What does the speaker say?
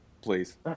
Please